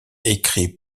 écrit